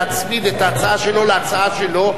להצמיד את ההצעה שלו להצעה שלו,